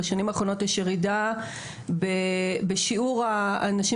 בשנים האחרונות יש ירידה בשיעור האנשים